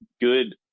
good